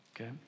Okay